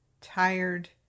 tired